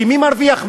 כי מי מרוויח מזה?